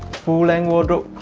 full-length wardrobe